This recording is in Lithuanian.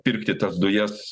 pirkti tas dujas